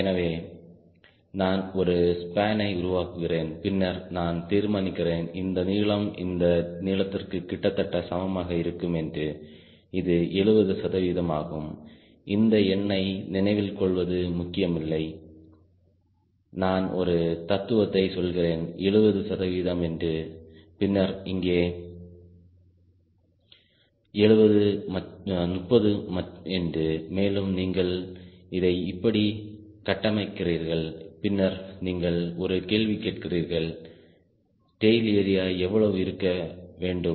எனவே நான் ஒரு ஸ்பானை உருவாக்குகிறேன் பின்னர் நான் தீர்மானிக்கிறேன் இந்த நீளம் இந்த நீளத்திற்கு கிட்டத்தட்ட சமமாக இருக்கும் என்று இது 70 சதவிகிதம் ஆகும் இந்த எண்ணை நினைவில் கொள்வது முக்கியமில்லை நான் ஒரு தத்துவத்தை சொல்கிறேன் 70 சதவிகிதம் என்று பின்னர் இங்கே 30 என்று மேலும் நீங்கள் இதை இப்படி கட்டமைத்தீர்கள் பின்னர் நீங்கள் ஒரு கேள்வி கேட்கிறீர்கள் டெயில் ஏரியா எவ்வளவு இருக்க வேண்டும்